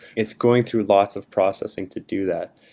it's going through lots of processing to do that.